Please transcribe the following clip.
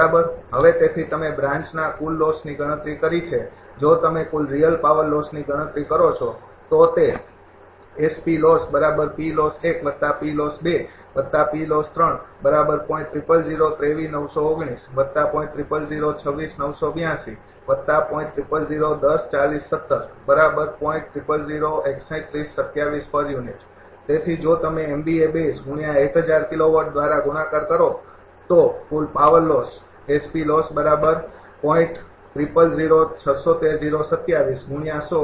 હવે તેથી તમે બ્રાન્ચના કુલ લોસની ગણતરી કરી છે જો તમે કુલ રિયલ પાવર લોસની ગણતરી કરો છો તો તે તેથી જો તમે દ્વારા ગુણાકાર કરો છો તો કુલ પાવર લોસ છે